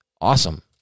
awesome